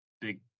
big